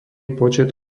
počet